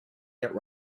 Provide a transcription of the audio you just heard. yet